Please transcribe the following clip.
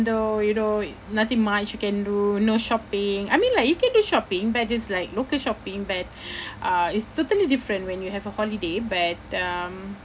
though you know nothing much you can do no shopping I mean like you can do shopping but it's like local shopping but uh it's totally different when you have a holiday but um